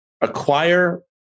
acquire